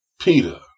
Peter